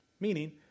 Meaning